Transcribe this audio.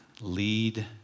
lead